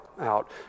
out